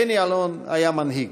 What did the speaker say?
בני אלון היה מנהיג,